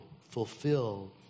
fulfill